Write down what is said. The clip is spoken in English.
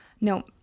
No